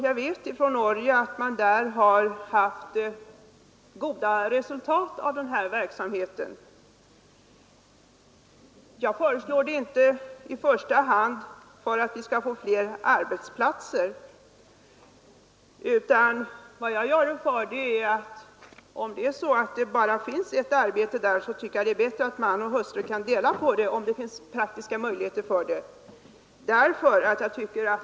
Jag vet att man i Norge haft goda resultat av en sådan verksamhet. Jag föreslår det inte i första hand för att vi skall få fler arbetsplatser utan därför att det i de fall där det bara finns ett arbete är bättre att man och hustru kan dela på det, om det föreligger praktiska möjligheter härtill.